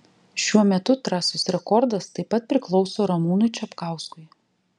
šiuo metu trasos rekordas taip pat priklauso ramūnui čapkauskui